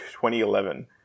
2011